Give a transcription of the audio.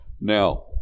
Now